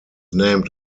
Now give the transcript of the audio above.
named